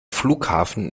flughafen